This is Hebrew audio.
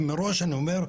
מראש אני אומר,